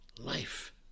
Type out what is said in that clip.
Life